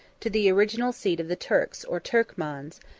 to the original seat of the turks or turkmans,